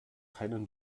keinen